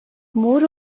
more